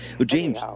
James